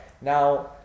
Now